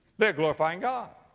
they're glorifying god.